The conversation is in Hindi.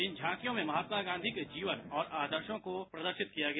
इन झांकियों में महात्मा गांधी के जीवन और आदर्शो को प्रदर्शित किया गया